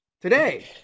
today